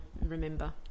remember